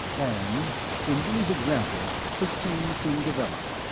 and in these examples the same thing developed.